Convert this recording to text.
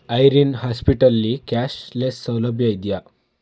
Irene ಹಾಸ್ಪಿಟಲಲ್ಲಿ cashless ಸೌಲಭ್ಯ ಇದೆಯಾ